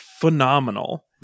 phenomenal